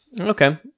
Okay